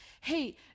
hey